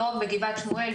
לא רק בגבעת שמואל.